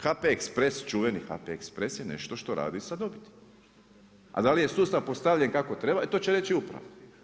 HP Express, čuvani HP Express je nešto što raditi sa dobiti, a da li je sustav postavljen kako treba, e to će reći uprava.